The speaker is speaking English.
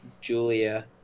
julia